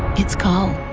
it's coal.